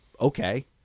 okay